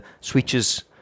switches